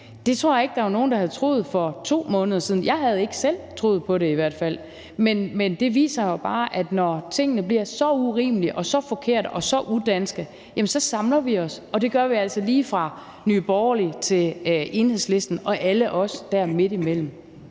Det tror jeg ikke der var nogen der havde troet for 2 måneder siden – jeg havde i hvert fald ikke selv troet på det. Men det viser jo bare, at når tingene bliver så urimelige og så forkerte og så udanske, samler vi os, og det gør vi altså lige fra Nye Borgerlige til Enhedslisten og alle os midtimellem.